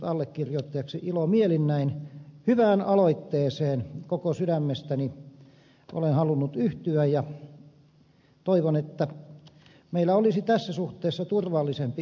ilomielin näin hyvään aloitteeseen koko sydämestäni olen halunnut yhtyä ja toivon että meillä olisi tässä suhteessa turvallisempi yhteiskunta